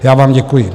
Já vám děkuji.